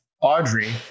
Audrey